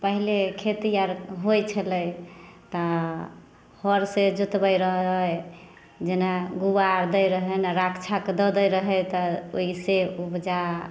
पहिले खेती आर होइ छलै तऽ हर सऽ जोतबै रहै हइ जेना गुआर दै रहै ने राख दऽ दै रहै तऽ ओहिसे उपजा